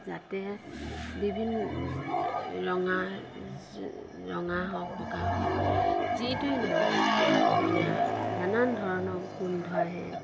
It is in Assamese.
যাতে বিভিন ৰঙা ৰঙা হওক বগা হওক যিটোৱে নহওক মানে নানান ধৰণৰ গোন্ধ আহে